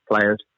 players